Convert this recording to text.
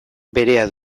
berea